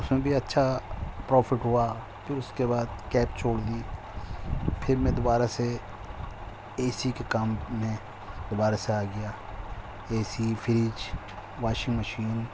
اس میں بھی اچھا پرافٹ ہوا پھر اس کے بعد کیب چھوڑ دی پھر میں دوبارہ سے اے سی کے کام میں دوبارہ سے آ گیا A C fridge washing machine